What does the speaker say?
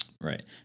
Right